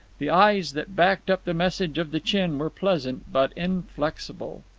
the eyes that backed up the message of the chin were pleasant, but inflexible.